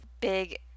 big